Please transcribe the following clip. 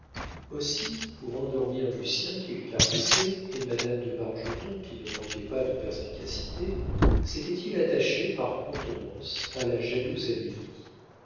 aussi pour endormir lucien qu'il caressait et madame de bargeton qui ne manquait pas de perspicacité s'était-il attaché par contenance à la jalouse amélie